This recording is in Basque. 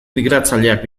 migratzaileak